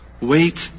Wait